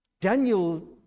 Daniel